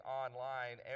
online